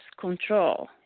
control